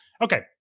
okay